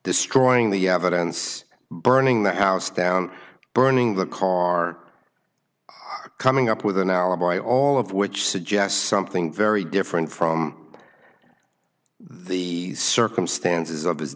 destroying the evidence burning the house down burning the car coming up with an alibi all of which suggests something very different from the circumstances of his